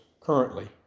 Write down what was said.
currently